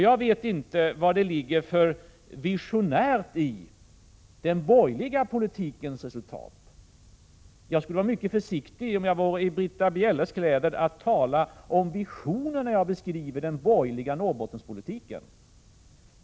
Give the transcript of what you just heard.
Jag vet inte vad det ligger för visionärt i den borgerliga politiken. Jag skulle vara mycket försiktig om jag vore i Britta Bjelles kläder att tala om visioner när jag beskriver den borgerliga Norrbottenpolitiken.